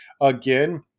again